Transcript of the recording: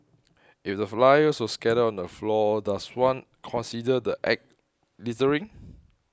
if the flyers were scattered on the floor does one consider the Act littering